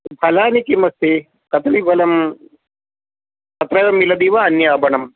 फलानि किम् अस्ति कदलीफलम् अत्रैव मिलति वा अन्य आपणं